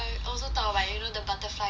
thought of like the butterfly effect